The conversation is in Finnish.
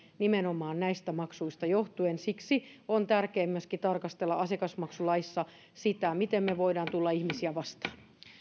nimenomaan näistä maksuista johtuen siksi on tärkeää myöskin tarkastella asiakasmaksulaissa sitä miten me voimme tulla ihmisiä vastaan